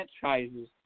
franchises